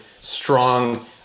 strong